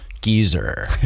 Geezer